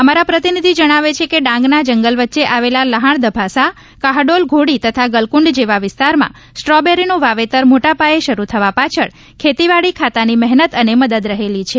અમારા પ્રતિનિધિ જણાવે છે કે ડાંગના જંગલ વચ્ચે આવેલા લહાણદભાસ કાહડોલ ઘોડી તથા ગલકંડ જેવા વિસ્તારમાં સ્ટ્રોબેરીનું વાવેતર મોટાપાયે શરૂ થવા પાછળ ખેતીવાડી ખાતાની મહેનત અને મદદ રહેલી છે